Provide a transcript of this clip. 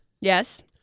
Yes